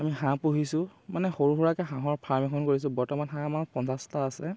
আমি হাঁহ পুহিছোঁ মানে সৰু সুৰাকে হাঁহৰ ফাৰ্ম এখন কৰিছো বৰ্তমান হাঁহ আমাৰ পঞ্চাছটা আছে